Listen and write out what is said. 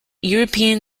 european